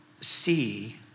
see